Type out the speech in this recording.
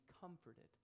comforted